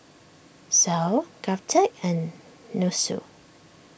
Sal Govtech and Nussu